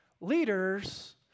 leaders